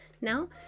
now